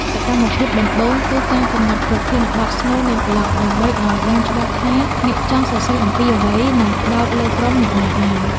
សកម្មភាពដំបូងគឺការកំណត់ប្រធានបទស្នូលនៃប្លក់ ដើម្បីឱ្យដឹងច្បាស់ថាអ្នកចង់សរសេរអំពីអ្វី និងផ្ដោតលើក្រុមអ្នកណាអាន។